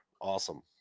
awesome